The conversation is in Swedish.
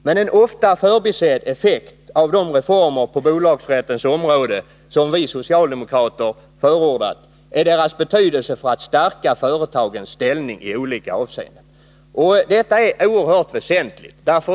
Men en ofta förbisedd effekt av de reformer på bolagsrättens område som vi socialdemokrater förordat är deras betydelse för att stärka företagens ställning i olika avseenden. Detta är oerhört väsentligt.